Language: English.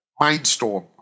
Mindstorm